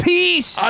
Peace